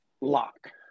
lock